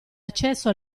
accesso